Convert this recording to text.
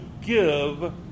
give